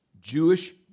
Jewish